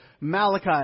Malachi